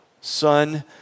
son